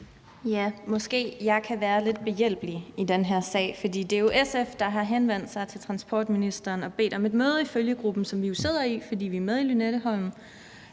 Måske jeg kan være lidt behjælpelig i den her sag. For det er jo SF, der har henvendt sig til transportministeren og bedt om et møde i følgegruppen, som vi jo sidder i, fordi vi er med i Lynetteholm,